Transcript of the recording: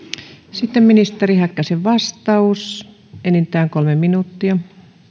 sitten ministeri häkkäsen vastaus enintään kolme minuuttia